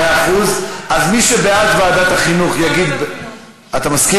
לוועדת הכנסת אולי?